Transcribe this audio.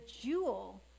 Jewel